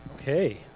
Okay